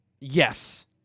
yes